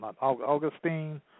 Augustine